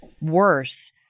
worse